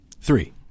Three